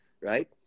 right